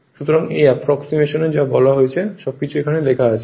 সুতরাং এই অ্যাপ্রক্সিমেশান এ যা যা বলা হয়েছে সব কিছু এখানে লেখা আছে